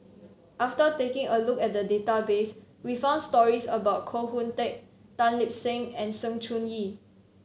after taking a look at the database we found stories about Koh Hoon Teck Tan Lip Seng and Sng Choon Yee